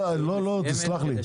לא תסלח לי,